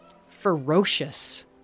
ferocious